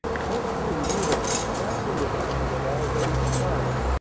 coaxing and wheedling exactly as if she had already declined,